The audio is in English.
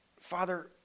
Father